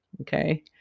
okay